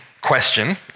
question